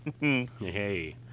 Hey